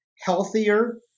healthier